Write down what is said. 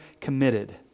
committed